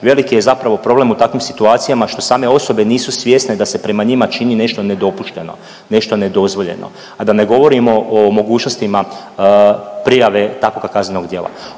veliki je zapravo problem u takvim situacijama što same osobe nisu svjesne da se prema njima čini nešto nedopušteno, nešto nedozvoljeno, a da ne govorimo o mogućnostima prijave takvog kaznenog djela.